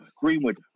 Greenwood